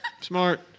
Smart